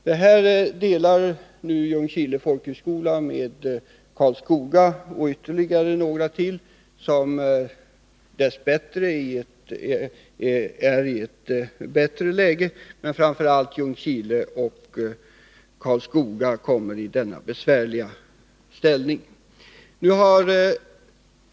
Detta öde delar visserligen Ljungskile folkhögskola med Karlskoga folkhögskola, och ytterligare några folkhögskolor som dess bättre befinner sig i en förmånligare position. Ljungskile och Karlskoga är dock de två som framför allt hamnar i den besvärligaste situationen.